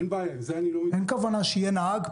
אין כוונה שיהיה נהג,